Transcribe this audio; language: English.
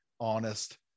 honest